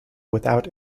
without